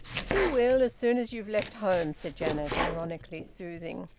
she will, as soon as you've left home, said janet, ironically soothing.